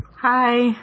Hi